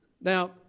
Now